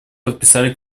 подписали